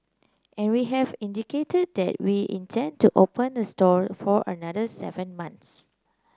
and we have indicated that we intend to open the store for another seven months